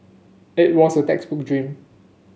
it was the textbook dream